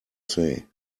say